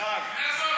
מיכל,